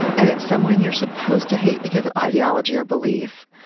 and it's someone you're supposed to hate because of ideology or belief,